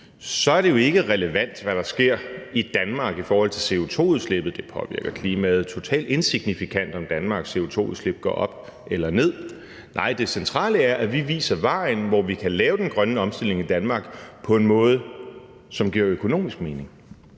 så ikke er relevant, hvad der sker i Danmark i forhold til CO2-udslippet – det påvirker klimaet totalt insignifikant, om Danmarks CO2-udslip går op eller ned – nej, det centrale er, at vi viser vejen, hvor vi kan lave den grønne omstilling i Danmark på en måde, som økonomisk giver